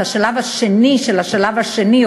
את השלב השני של השלב השני,